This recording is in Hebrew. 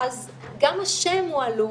אז גם השם הוא עלום,